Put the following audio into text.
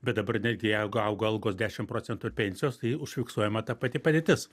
bet dabar netgi jeigu auga algos dešim procentų ir pensijos tai užfiksuojama ta pati padėtis